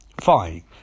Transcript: fine